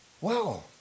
Wow